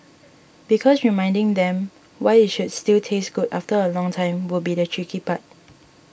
because reminding them why it should still taste good after a long time would be the tricky part